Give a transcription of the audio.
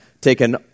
taken